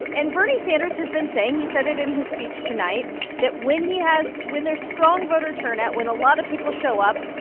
and bernie sanders has been saying he said it in his speech, tonight that when he has when there's strong voter turnout, when a lot of people show up,